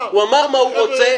הוא אמר מה הוא רוצה,